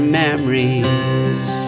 memories